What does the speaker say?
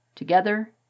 Together